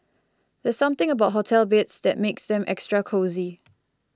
there's something about hotel beds that makes them extra cosy